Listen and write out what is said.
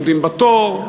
עומדים בתור,